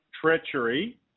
treachery